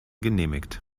genehmigt